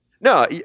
no